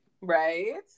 Right